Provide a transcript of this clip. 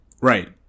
Right